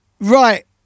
right